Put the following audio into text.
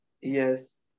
yes